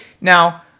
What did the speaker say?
Now